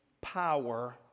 power